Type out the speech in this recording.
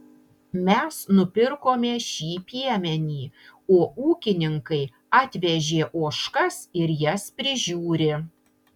mes nupirkome šį piemenį o ūkininkai atvežė ožkas ir jas prižiūri